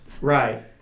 Right